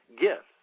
gifts